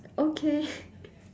okay